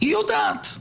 היא יודעת.